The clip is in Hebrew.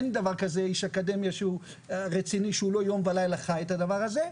אין דבר כזה איש אקדמיה רציני שהוא לא יום ולילה חי את הדבר הזה.